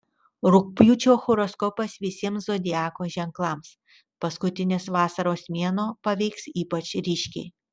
rugpjūčio horoskopas visiems zodiako ženklams paskutinis vasaros mėnuo paveiks ypač ryškiai